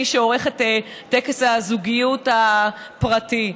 מי שעורך את טקס הזוגיות הפרטי.